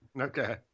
okay